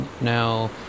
now